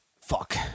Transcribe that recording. Fuck